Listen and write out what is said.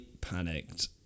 panicked